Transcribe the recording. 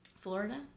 Florida